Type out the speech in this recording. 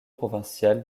provincial